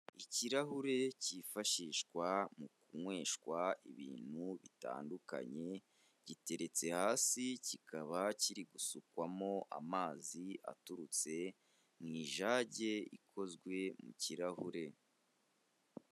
Ikirahure kifashishwa mu kunyweshwa ibintu bitandukanye giteretse hasi, kikaba kiri gusukwamo amazi aturutse mu ijage ikozwe mu kirahure.